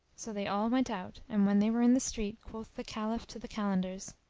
so they all went out and when they were in the street, quoth the caliph to the kalandars,